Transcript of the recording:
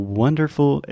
wonderful